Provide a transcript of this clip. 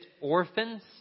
orphans